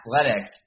athletics